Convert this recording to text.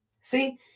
See